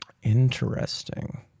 Interesting